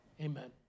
Amen